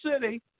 city